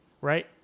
Right